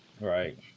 right